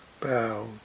bow